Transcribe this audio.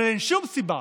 אבל אין שום סיבה,